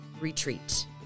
retreat